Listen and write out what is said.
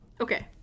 okay